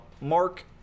Mark